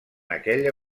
aquella